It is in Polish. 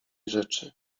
rzeczy